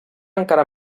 encara